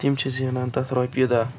تِم چھِ زینان تتھ رۄپیہِ دَہ